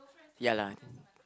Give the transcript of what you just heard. ya lah